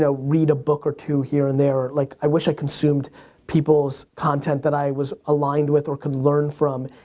so read a book or two here and there or like i wish i consumed people's content that i was aligned with or could learn from.